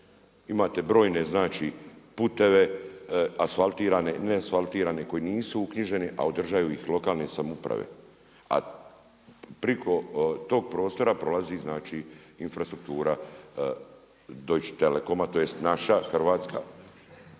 Imate brojne znači puteve, asfaltirane, ne asfaltirane, koji nisu uknjiženi a održavaju ih lokalne samouprave. A preko tog prostora prolazi znači infrastruktura Deutche Telecoma, tj. naša hrvatska,